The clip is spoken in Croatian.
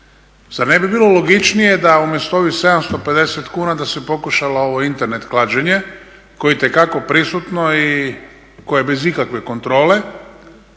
ne bi bilo logičnije da umjesto ovih 750kuna da se pokušalo ovo Internet klađenje koje je itekako prisutno i koje bez ikakve kontrole